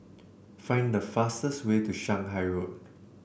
find the fastest way to Shanghai Road